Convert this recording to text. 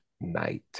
night